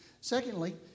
Secondly